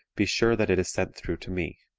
be sure that it is sent through to me.